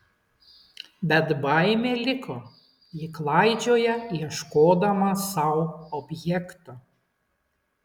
bet baimė liko ji klaidžioja ieškodama sau objekto